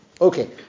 Okay